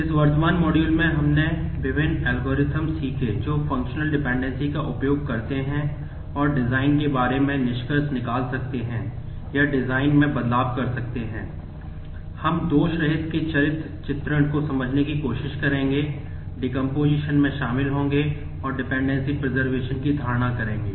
इस वर्तमान मॉड्यूल में हमने विभिन्न एल्गोरिदम की धारणा करेंगे